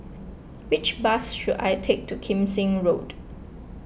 which bus should I take to Kim Seng Road